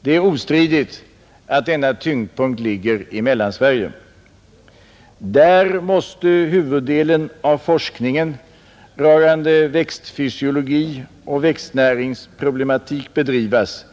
Det är ostridigt att denna tyngdpunkt ligger i Mellansverige. Där måste huvuddelen av forskningen rörande växtfysiologi och växtnäringsproblematik bedrivas